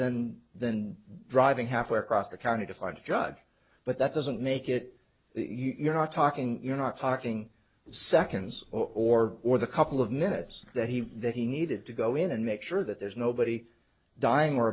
than than driving halfway across the county to find a judge but that doesn't make it you're not talking you're not talking seconds or or the couple of minutes that he that he needed to go in and make sure that there's nobody dying or